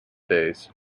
days